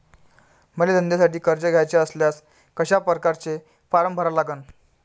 मले धंद्यासाठी कर्ज घ्याचे असल्यास कशा परकारे फारम भरा लागन?